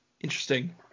Interesting